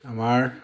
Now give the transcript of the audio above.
আমাৰ